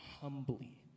humbly